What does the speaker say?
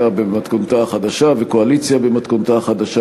במתכונתה החדשה וקואליציה במתכונתה החדשה,